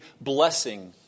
blessing